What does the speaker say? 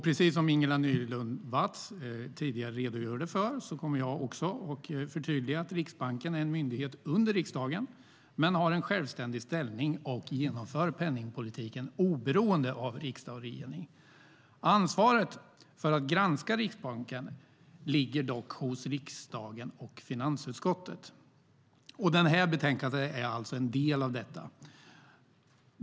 Precis som Ingela Nylund Watz tidigare redogjorde för, och som jag också förtydligar, är Riksbanken en myndighet under riksdagen men har en självständig ställning och genomför penningpolitiken oberoende av riksdag och regering. Ansvaret för att granska Riksbanken ligger dock hos riksdagen och finansutskottet. Det här betänkandet är en del av detta.